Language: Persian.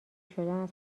شدن